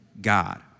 God